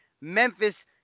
Memphis